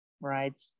right